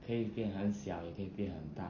可以变很小也可以变很大